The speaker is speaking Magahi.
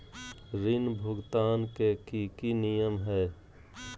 ऋण भुगतान के की की नियम है?